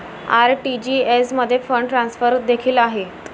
RTGS मध्ये fund transfer देखील आहेत